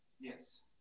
Yes